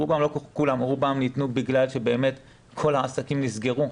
לא כולם ניתנו בגלל שבאמת כל העסקים נסגרו.